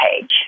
page